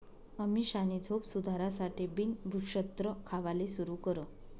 अमीषानी झोप सुधारासाठे बिन भुक्षत्र खावाले सुरू कर